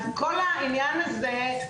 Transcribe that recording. אז כל העניין הזה,